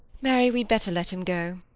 mary, we'd better let him go.